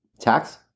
tax